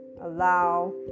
allow